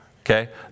okay